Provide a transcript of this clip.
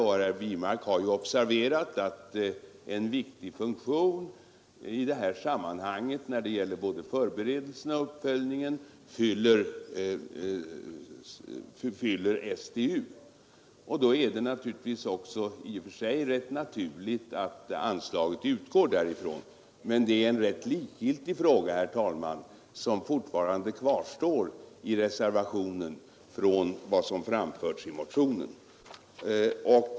Herr Wirmark har ju observerat att STU fyller en viktig funktion i detta sammanhang när det gäller både förberedelserna och uppföljningen. Då är det självfallet i och för sig också rätt naturligt att anslaget utgår därifrån. Det är emellertid en ganska likgiltig fråga, herr talman, den enda som nu återstår.